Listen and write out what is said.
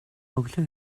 өглөө